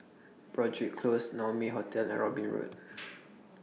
Broadrick Close Naumi Hotel and Robin Road